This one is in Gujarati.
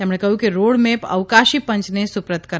તેમણે કહ્યું કે રોડમેપ અવકાશી પંચને સુપ્રત કરાથો છે